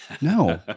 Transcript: No